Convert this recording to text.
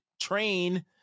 train